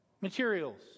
Materials